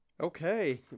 Okay